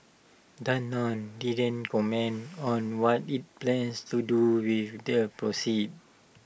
Danone didn't comment on what IT plans to do with their proceeds